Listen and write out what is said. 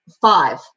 five